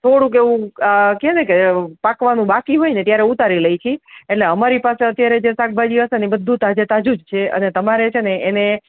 થોડુંક એવું કેને કે પાકવાનું બાકી હોય ને ત્યારે ઉતારી લઈ છી એટલે અમારી પાસે અત્યારે જે શાકભાજી હસે ને એ બધું તાજે તાજું છે અને તમારે છેને એને